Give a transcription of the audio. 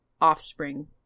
offspring